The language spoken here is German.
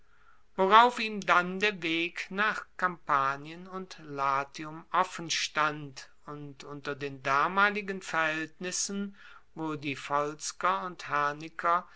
worauf ihm dann der weg nach kampanien und latium offenstand und unter den damaligen verhaeltnissen wo die volsker und